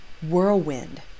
Whirlwind